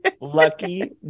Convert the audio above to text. lucky